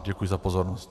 Děkuji za pozornost.